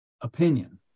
opinion